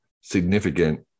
significant